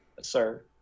sir